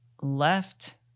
left